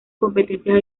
competencias